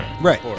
right